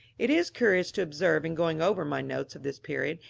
it is curious to observe, in going over my notes of this period,